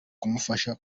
kumufasha